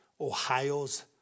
Ohio's